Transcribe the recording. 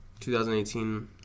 2018